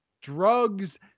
drugs